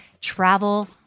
travel